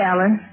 Alan